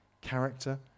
character